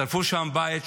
שרפו שם בית,